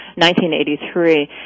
1983